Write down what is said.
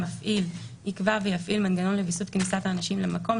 המפעיל יקבע ויפעיל מנגנון לוויסות כניסת האנשים למקום,